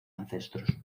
ancestros